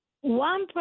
one